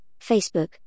Facebook